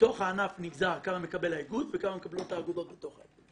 מתוך הענף נגזר כמה מקבל האיגוד וכמה מקבלות האגודות בתוך האיגוד.